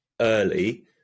early